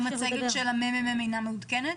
המצגת של הממ"מ אינה מעודכנת?